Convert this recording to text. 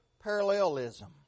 parallelism